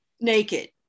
naked